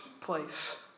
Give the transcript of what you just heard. place